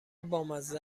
بامزه